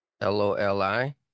l-o-l-i